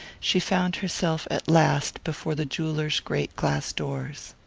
she found herself at last before the jeweller's great glass doors.